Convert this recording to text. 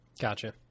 Gotcha